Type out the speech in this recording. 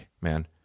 man